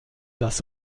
das